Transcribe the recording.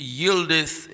yieldeth